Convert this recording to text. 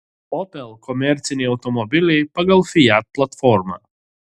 opel komerciniai automobiliai pagal fiat platformą